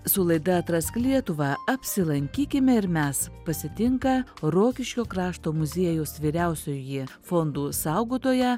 su laida atrask lietuvą apsilankykime ir mes pasitinka rokiškio krašto muziejaus vyriausioji fondų saugotoja